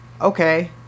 okay